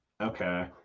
Okay